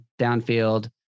downfield